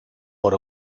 por